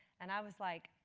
and i was like,